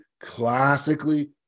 classically